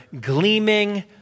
gleaming